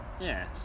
Yes